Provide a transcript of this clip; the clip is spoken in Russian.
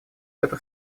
петр